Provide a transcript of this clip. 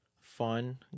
fun